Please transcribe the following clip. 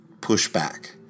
pushback